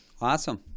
Awesome